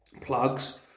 plugs